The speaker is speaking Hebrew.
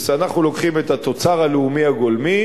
אנחנו מפחיתים את התוצר הלאומי הגולמי